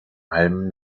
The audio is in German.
halm